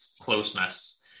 closeness